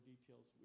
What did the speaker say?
details